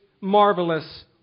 marvelous